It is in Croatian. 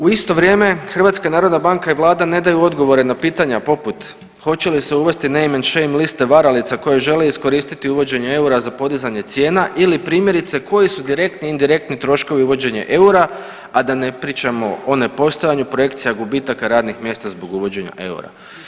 U isto vrijeme HNB i vlada ne daju odgovore na pitanja poput hoće li se uvesti name and shame liste varalica koje žele iskoristiti uvođenje eura za podizanje cijena ili primjerice koji su direktni indirektni troškovi uvođenje eura, a da ne pričamo o nepostojanju projekcija, gubitaka radnih mjesta zbog uvođenja eura.